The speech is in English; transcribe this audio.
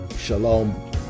Shalom